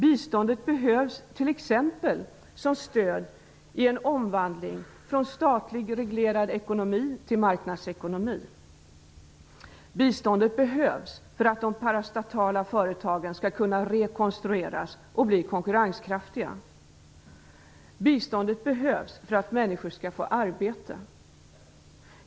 Biståndet behövs t.ex. som stöd i en omvandling från statligt reglerad ekonomi till marknadsekonomi. Biståndet behövs för att de parastatala företagen skall kunna rekonstrueras och bli konkurrenskraftiga. Biståndet behövs för att människor skall få arbete.